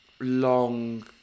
long